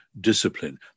discipline